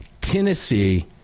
Tennessee